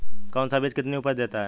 कौन सा बीज कितनी उपज देता है?